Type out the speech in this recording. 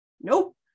Nope